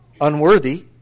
unworthy